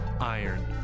iron